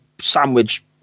sandwich